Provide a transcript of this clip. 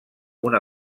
una